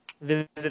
Visit